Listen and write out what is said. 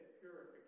purification